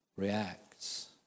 Reacts